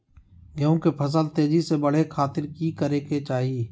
गेहूं के फसल तेजी से बढ़े खातिर की करके चाहि?